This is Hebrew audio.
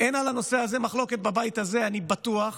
על הנושא הזה בבית הזה, אני בטוח,